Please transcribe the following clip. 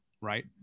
right